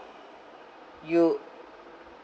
you